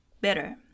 better